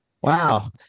Wow